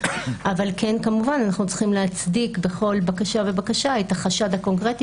אבל כמובן שאנחנו צריכים להצדיק בכל בקשה ובקשה את החשד הקונקרטי